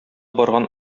барган